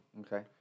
Okay